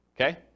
Okay